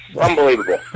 Unbelievable